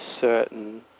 certain